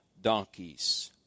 donkeys